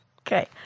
Okay